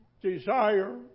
desire